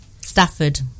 Stafford